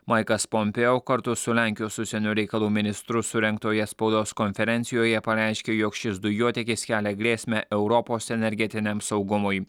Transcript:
maikas pompeo kartu su lenkijos užsienio reikalų ministru surengtoje spaudos konferencijoje pareiškė jog šis dujotiekis kelia grėsmę europos energetiniam saugumui